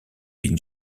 been